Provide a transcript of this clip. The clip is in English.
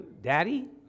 Daddy